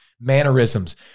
mannerisms